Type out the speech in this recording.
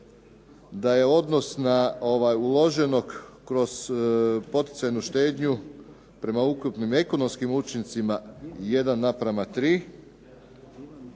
da je odnos uloženog kroz poticajnu štednju prema ukupnim ekonomskim učincima jedan naprema